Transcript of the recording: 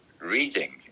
reading